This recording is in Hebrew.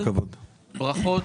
ברכות